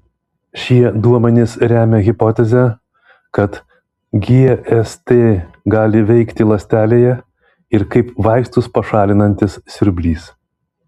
šie duomenys remia hipotezę kad gst gali veikti ląstelėje ir kaip vaistus pašalinantis siurblys